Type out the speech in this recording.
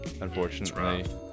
unfortunately